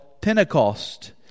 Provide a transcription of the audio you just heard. Pentecost